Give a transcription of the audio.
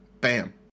Bam